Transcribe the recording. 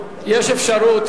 יש אפשרות,